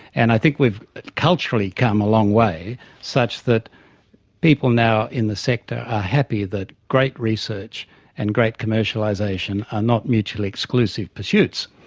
and i think we've culturally come a long way such that people now in the sector are happy that great research and great commercialisation are not mutually exclusive pursuits.